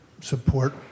support